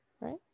right